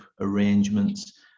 arrangements